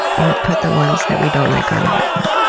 or put the ones that we don't like on an island.